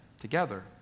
together